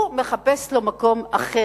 הוא מחפש לו מקום אחר.